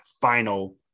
final